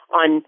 on